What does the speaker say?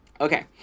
Okay